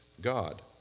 God